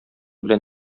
белән